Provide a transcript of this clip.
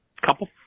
couple